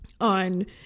on